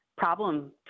problem